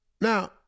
Now